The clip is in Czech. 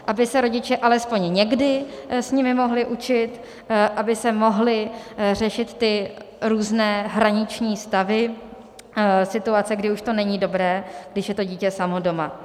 Aby se rodiče alespoň někdy s nimi mohli učit, aby se mohly řešit ty různé hraniční stavy a situace, kdy už to není dobré, když je to dítě samo doma.